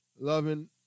loving